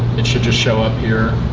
it should just show up here.